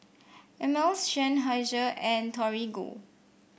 Ameltz Seinheiser and Torigo